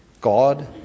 God